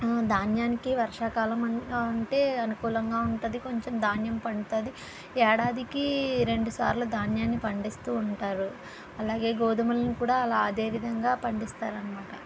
ఆ ధాన్యానికి వర్షాకాలం ఉంటే అనుకూలంగా ఉంటుంది కొంచెం ధాన్యం పండుతుంది ఏడాదికి రెండుసార్లు ధాన్యాన్ని పండిస్తూ ఉంటారు అలాగే గోధుమలని కుడా అదేవిధంగా పండిస్తారు అన్నమాట